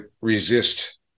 resist